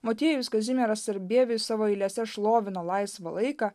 motiejus kazimieras sarbievijus savo eilėse šlovino laisvą laiką